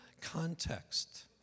context